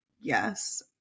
Yes